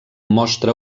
mostra